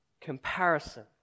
comparison